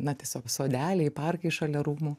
na tiesiog sodeliai parkai šalia rūmų